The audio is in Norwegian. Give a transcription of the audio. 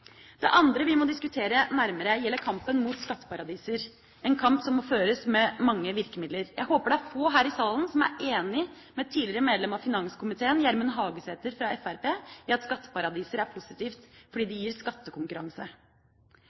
Det andre vi må diskutere nærmere, gjelder kampen mot skatteparadiser, en kamp som må føres med mange virkemidler. Jeg håper det er få her i salen som er enig med tidligere medlem av finanskomiteen Gjermund Hagesæter fra Fremskrittspartiet i at skatteparadiser er positivt, fordi det gir skattekonkurranse.